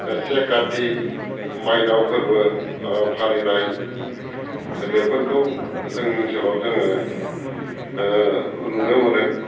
से काति माइनाव फोरबो फालिनाय बेफोरखौ जोंनि ओनसोलाव जोङो नुनो मोनो